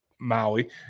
Maui